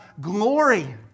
glory